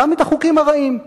גם את החוקים הרעים.